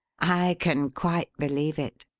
i can quite believe it,